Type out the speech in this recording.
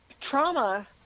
trauma